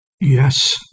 Yes